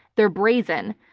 they're brazen.